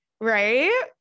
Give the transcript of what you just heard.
right